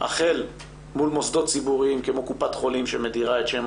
החל מול מוסדות ציבוריים כמו קופת חולים שמדירה את שם